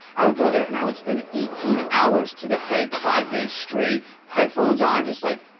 i would go there and i would spend eighteen hours to the head five days straight, headphones on just like,